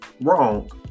wrong